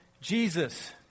Jesus